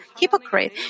Hypocrite